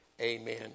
amen